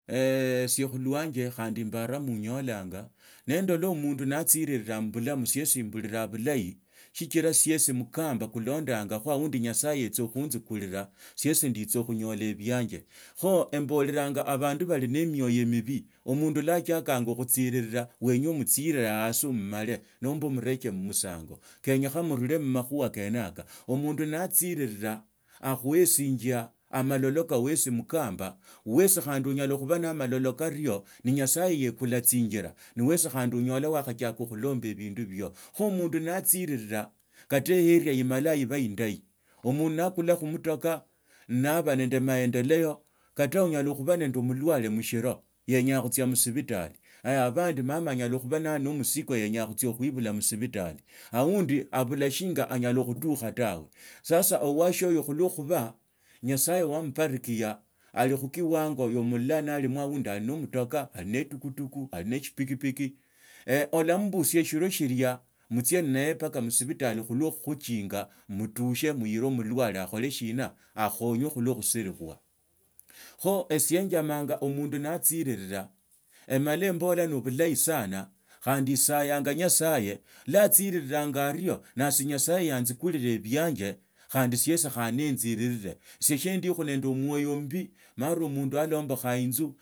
Sie khulwanja khandi embaraa munyolanga nandola omundu naatsiriraa mubulami siesi emburiraa bulahi shikila siesi mukamba kulondakho aundi nyasaye yatsakhunzikurira siesi nditsakhunyola ebianje kho emboreranga abandu bali ne emioyo mibi omundu lwa atsiakanga akhusirira wanya omutsiriree hasi omumale mumakhuha kane yaka omundu natsirira akhuheshinga amalolo ka wesi mukamba wesi khandi onyola khuba na amalolo kario na nyasaye aekula tsinjira ni wesi khandi olola wakhachaka khulomba ebindu bio. Kho omundu naatsiriraa kata eena emala eba endahi. khandi mama anyala khuba ne msiko yenyaa khutsia khuibula musibitali aundi obula shinga anyala khutukha tawe. Sasa owashio khulwo khuba nyasaye wambarikia ali mukiwanga ya muula nalimo aundi ali no mutaka ali ne tukutuku ali ne nnaye mbaka musibitalikhulwo khukhuchinga mutushe muile mulwale akhole shina akhonywe khulwo khusilikhe khe esie enjamanya omundu natsirila emala embula na bulahi sana khandi isayanga nyasaye lwa atsiriranga ario nasi nyasaye antsikuriire ebiani khandi siesi khandi nentiriraa. Si sindikhu nendi omwoyo mbi